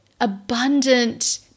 abundant